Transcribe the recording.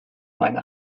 meine